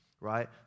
Right